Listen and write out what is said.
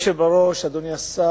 אדוני היושב בראש, אדוני השר,